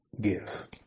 give